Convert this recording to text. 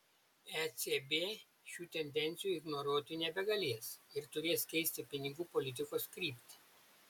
ecb šių tendencijų ignoruoti nebegalės ir turės keisti pinigų politikos kryptį